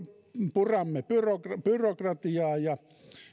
puramme byrokratiaa byrokratiaa